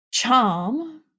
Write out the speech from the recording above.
charm